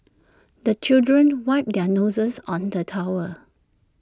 the children wipe their noses on the towel